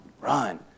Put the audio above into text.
run